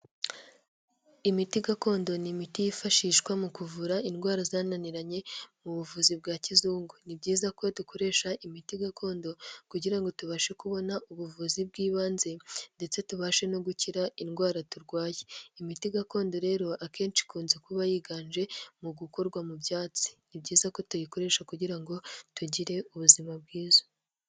Imiti gakondo, ni imiti yifashishwa mu kuvura indwara zananiranye mu buvuzi bwa kizungu. Ni byiza ko dukoresha imiti gakondo, kugira ngo tubashe kubona ubuvuzi bw'ibanze, ndetse tubashe no gukira indwara turwaye. Imiti gakondo rero akenshi ikunze kuba yiganje mu gukorwa mu byatsi. Ni byiza ko tuyikoresha kugira ngo tugire ubuzima bwiza.